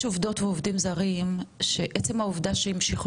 יש עובדות ועובדים זרים שעצם העובדה שהמשיכו